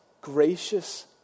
gracious